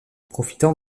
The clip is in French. profitant